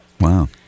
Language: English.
Wow